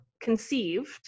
conceived